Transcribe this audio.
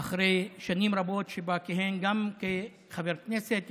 אחרי שנים רבות שבהן כיהן גם כחבר כנסת,